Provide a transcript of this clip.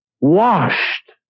washed